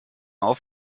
auf